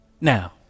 Now